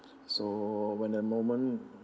so when a moment